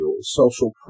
social